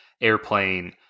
Airplane